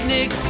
Nick